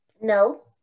No